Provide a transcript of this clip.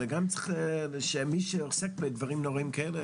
צריך גם שמי שעוסק בדברים נוראים כאלה,